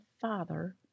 father